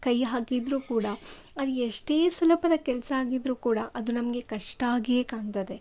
ಕೈ ಹಾಕಿದರೂ ಕೂಡ ಅದು ಎಷ್ಟೇ ಸುಲಭದ ಕೆಲಸ ಆಗಿದ್ರೂ ಕೂಡ ಅದು ನಮಗೆ ಕಷ್ಟಾಗಿಯೇ ಕಾಣ್ತದೆ